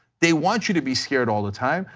they want you to be scared all the time,